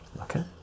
okay